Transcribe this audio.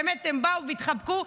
באמת הם באו והתחבקו.